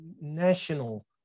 national